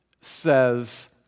says